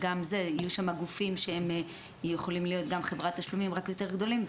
יהיו שם גופים שהם יכולים להיות גם חברת תשלומים רק יותר גדולים.